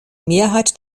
mehrheit